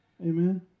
Amen